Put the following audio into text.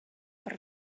per